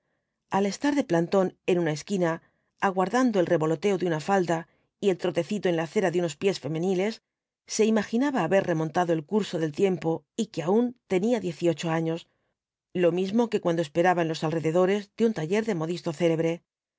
al estar de plantón en una esquina aguardando el revoloteo de una falda y el trotecito en la acera de unos pies femeniles se imaginaba haber remontado el curso del tiempo y que aun tenía diez y ocho años lo mismo que cuando esperaba en los alrededores de un taller de modisto célebre